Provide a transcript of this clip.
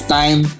time